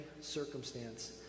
circumstance